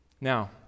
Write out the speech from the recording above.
Now